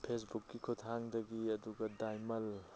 ꯐꯦꯁꯕꯨꯛꯀꯤ ꯈꯨꯊꯥꯡꯗꯒꯤ ꯑꯗꯨꯒ ꯗꯥꯏꯃꯜ